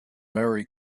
merry